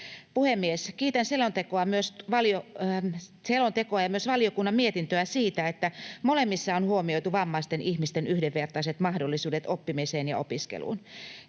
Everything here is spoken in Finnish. Puhemies! Kiitän selontekoa ja myös valiokunnan mietintöä siitä, että molemmissa on huomioitu vammaisten ihmisten yhdenvertaiset mahdollisuudet oppimiseen ja opiskeluun.